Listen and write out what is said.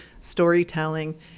storytelling